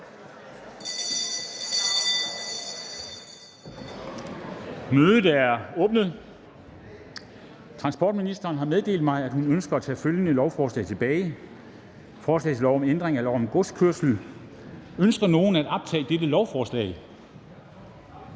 Mødet er åbnet. Transportministeren (Trine Bramsen) har meddelt mig, at hun ønsker at tage følgende lovforslag tilbage: Forslag til lov om ændring af lov om godskørsel. (Ophævelse af 11-kg-reglen og